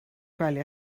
gwely